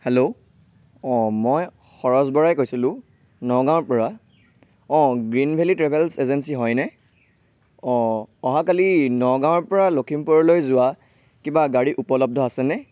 hello অঁ মই শৰচ বৰাই কৈছিলোঁ নগাঁৱৰপৰা অঁ গ্ৰীণ ভেলী ট্ৰেভেলছ এজেঞ্চী হয়নে অঁ অহাকালি নগাঁৱৰপৰা লখিমপুৰলৈ যোৱা কিবা গাড়ী উপলব্ধ আছেনে